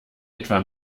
etwa